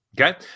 Okay